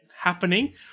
happening